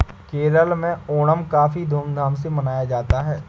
केरल में ओणम काफी धूम धाम से मनाया जाता है